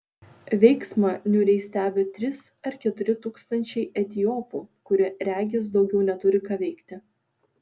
veiksmą niūriai stebi trys ar keturi tūkstančiai etiopų kurie regis daugiau neturi ką veikti